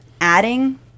adding